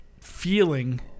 feeling